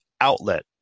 outlet